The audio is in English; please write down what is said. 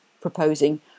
proposing